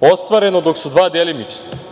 ostvareno, dok su dva delimično.